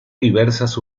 diversas